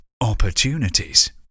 Opportunities